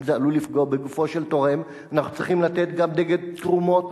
אם זה עלול לפגוע בגופו של תורם אנחנו צריכים לצאת גם נגד תרומות,